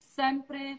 sempre